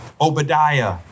Obadiah